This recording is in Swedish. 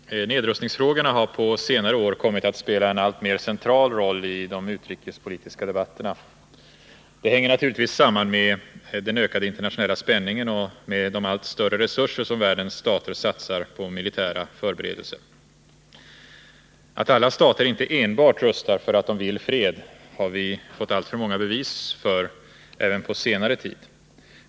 Herr talman! Nedrustningsfrågorna har på senare år kommit att spela en alltmer central roll i de utrikespolitiska debatterna. Det hänger naturligtvis samman med den ökade internationella spänningen och med de allt större resurser som världens stater satsar på militära förberedelser. Att alla stater inte enbart rustar för att de vill fred har vi fått alltför många bevis för även på senare tid.